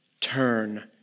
turn